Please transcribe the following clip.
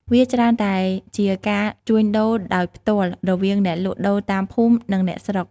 វាច្រើនតែជាការជួញដូរដោយផ្ទាល់រវាងអ្នកលក់ដូរតាមភូមិ និងអ្នកស្រុក។